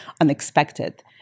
unexpected